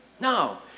No